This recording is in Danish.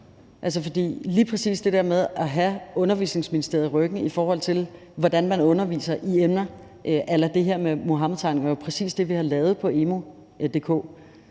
Lige præcis det der med at have Undervisningsministeriet i ryggen, i forhold til hvordan man underviser i emner a la det her med Muhammedtegningerne, er jo præcis det, vi har lavet på emu.dk.